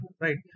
right